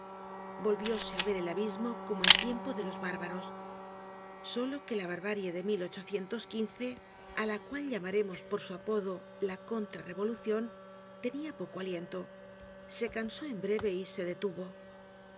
espirante volvióse á ver el abismo como en tiempo de los bárbaros solo que la barbarie de á la cual llamaremos por su apodo la contra revoluciontenia poco aliento se cansó en breve y se detuvo